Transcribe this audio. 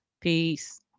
Peace